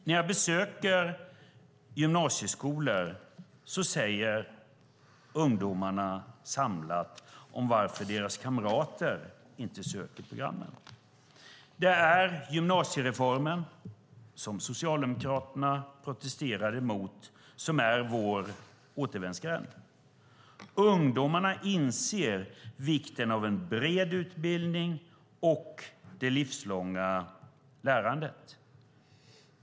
När jag besöker gymnasieskolor berättar ungdomarna samlat om varför deras kamrater inte söker programmen: Det är gymnasiereformen - som Socialdemokraterna protesterade emot - som är vår återvändsgränd. Ungdomarna inser vikten av en bred utbildning och det livslånga lärandet.